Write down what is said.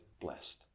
blessed